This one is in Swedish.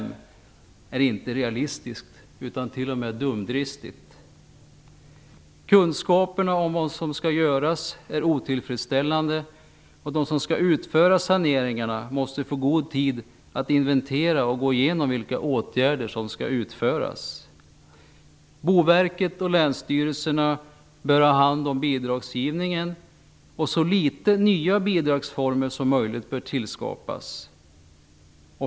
Det är inte realistiskt, utan det är t.o.m. dumdristigt. Kunskaperna om vad som skall göras är otillfredsställande. De som skall utföra saneringarna måste få god tid på sig för att kunna inventera och gå igenom vilka åtgärder som skall utföras. Boverket och länsstyrelserna bör ha hand om bidragsgivningen. Så litet nya bidragsformer som möjligt bör tillskapas.